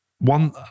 One